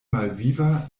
malviva